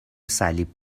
صلیب